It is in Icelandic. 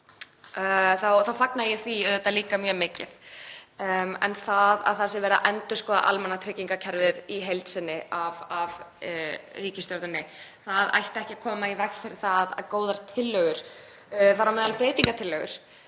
þá fagna ég því líka mjög mikið. En það að verið sé að endurskoða almannatryggingakerfið í heild sinni af ríkisstjórninni ætti ekki að koma í veg fyrir að góðar tillögur, þar á meðal breytingartillögur,